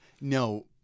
No